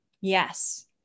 Yes